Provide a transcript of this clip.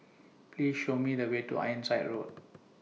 Please Show Me The Way to Ironside Road